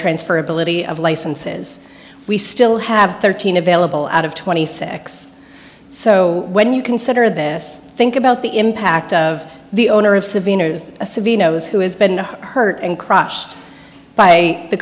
transfer ability of licenses we still have thirteen available out of twenty six so when you consider this think about the impact of the owner of savina is a severe nose who has been hurt and crushed by the